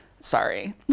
Sorry